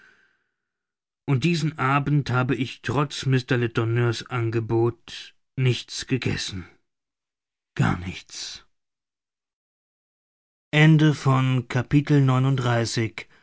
und diesen abend habe ich trotz mr letourneur's angebot nichts gegessen gar nichts